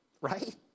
right